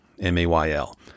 M-A-Y-L